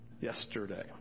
yesterday